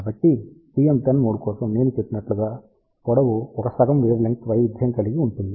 కాబట్టి TM10 mode కోసం నేను చెప్పినట్లుగా పొడవు ఒక సగం వేవ్ లెంగ్త్ వైవిధ్యం కలిగి ఉంటుంది